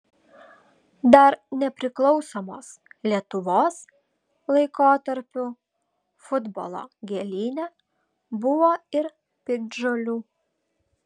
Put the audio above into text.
dar nepriklausomos lietuvos laikotarpiu futbolo gėlyne buvo ir piktžolių